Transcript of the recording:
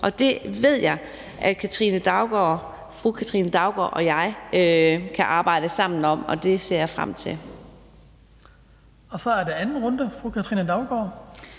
Det ved jeg at fru Katrine Daugaard og jeg kan arbejde sammen om, og det ser jeg frem til.